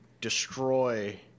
destroy